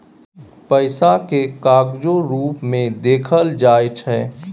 पैसा केँ कागजो रुप मे देखल जाइ छै